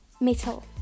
metal